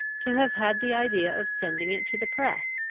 to have had the idea of sending it to the press,